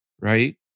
right